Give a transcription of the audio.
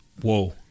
whoa